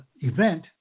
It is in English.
event